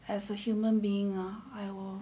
as a human being ah